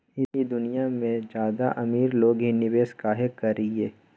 ई दुनिया में ज्यादा अमीर लोग ही निवेस काहे करई?